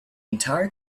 entire